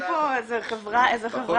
להם זה --- אין פה איזה חברה פרטית.